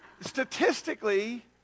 statistically